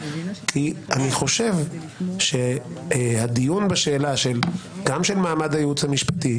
כי אני חושב שהדיון בשאלה גם של מעמד הייעוץ המשפטי,